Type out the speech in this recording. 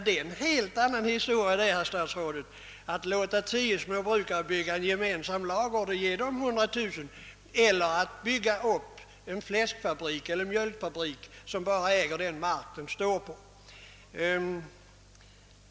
Det är en helt annan historia, herr statsråd, att låta 10 småbrukare bygga en gemensam ladugård för 100 000 än att bygga en fläskfabrik eller mjölkfabrik till vilken bara hör den mark där själva företaget ligger.